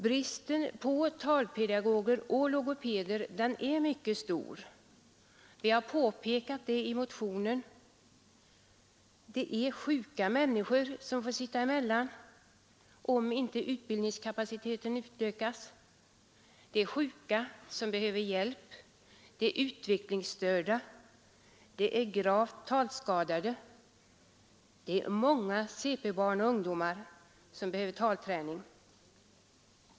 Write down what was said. Bristen på talpedagoger och logopeder är mycket stor, och det har vi påpekat i motionen. Det är sjuka människor som får sitta emellan, om inte utbildningskapaciteten utökas. Det är sjuka som behöver hjälp. Det är utvecklingsstörda och gravt talskadade. Det är många cp-barn och ungdomar som behöver talträning.